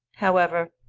however,